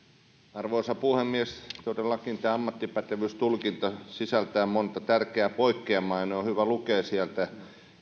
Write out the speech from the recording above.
arvoisa puhemies todellakin tämä ammattipätevyystulkinta sisältää monta tärkeää poikkeamaa ja ne on hyvä lukea sieltä